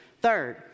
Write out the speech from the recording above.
Third